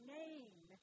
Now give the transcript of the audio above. name